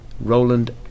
Roland